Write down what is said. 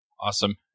Awesome